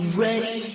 ready